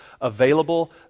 available